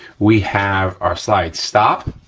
we have our slide stop,